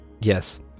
Yes